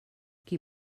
qui